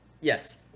Yes